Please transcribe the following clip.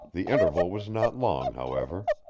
the interval was not long, however.